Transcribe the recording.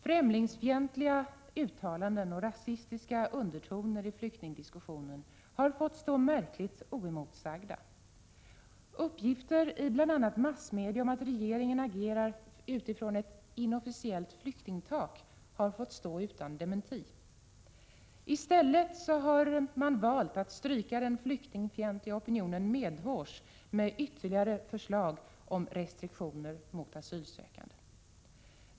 Främlingsfientliga uttalanden och rasistiska undertoner i flyktingdiskussionen har fått stå märkligt oemotsagda. Uppgifter i bl.a. massmedia om att regeringen agerar utifrån ett inofficiellt flyktingtak har fått stå utan dementi. I stället har man valt att stryka den flyktingfientliga opinionen medhårs med ytterligare förslag om restriktioner för asylsökande.